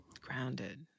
grounded